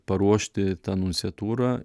paruošti tą nunciatūrą